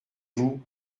vous